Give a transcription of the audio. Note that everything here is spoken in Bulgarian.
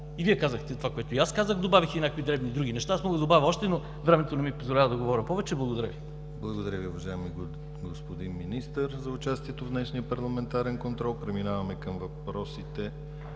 И Вие казахте това, което и аз казах, добавих и някои дребни, други неща. Мога да добавя още, но времето не ми позволява да говоря повече. Благодаря Ви. ПРЕДСЕДАТЕЛ ДИМИТЪР ГЛАВЧЕВ: Благодаря Ви, уважаеми господин Министър за участието в днешния парламентарен контрол. Преминаваме към въпросите,